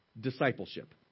discipleship